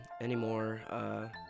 anymore